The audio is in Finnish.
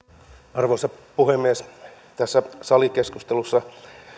arvoisa puhemies tässä salikeskustelussa